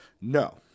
No